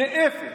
זה אפס,